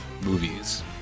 movies